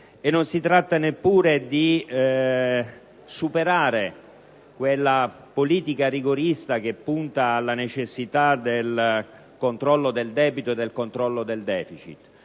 nazionale, oppure di superare quella politica rigorista che punta alla necessità del controllo del debito o del deficit.